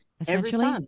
Essentially